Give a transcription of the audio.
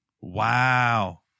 Wow